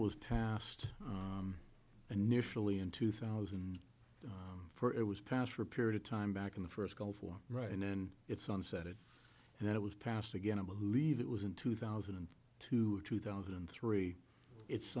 was passed and nearly in two thousand and four it was pounds for a period of time back in the first gulf war right and then it's on saturday and then it was passed again i believe it was in two thousand and two two thousand and three it's